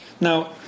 Now